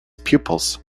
pupils